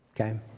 okay